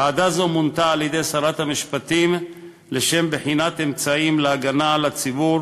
ועדה זו מונתה על-ידי שרת המשפטים לשם בחינת אמצעים להגנה על הציבור